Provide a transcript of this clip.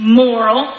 moral